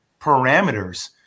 parameters